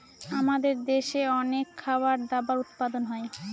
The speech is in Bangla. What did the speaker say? আমাদের দেশে অনেক খাবার দাবার উপাদান হয়